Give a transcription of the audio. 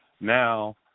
now –